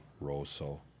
Rosso